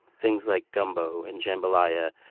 things like gumbo, and jambalaya,